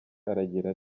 aragira